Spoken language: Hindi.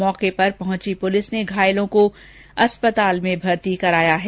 मौके पर पहुंची पुलिस ने घायलों को अस्पताल में भर्ती कराया है